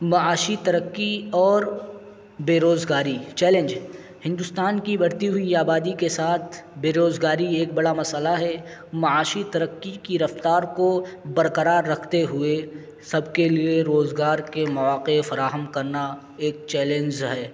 معاشی ترقی اور بے روزگاری چیلینج ہندوستانی کی بڑھتی ہوئی آبادی کے ساتھ بے روزگاری ایک بڑا مسٔلہ ہے معاشی ترقی کی رفتار کو برقرار رکھتے ہوئے سب کے لیے روزگار کے مواقع فراہم کرنا ایک چیلینج ہے